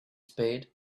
spade